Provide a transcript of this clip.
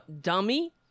dummy